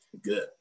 Good